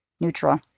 neutral